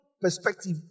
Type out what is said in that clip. perspective